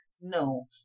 no